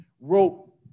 wrote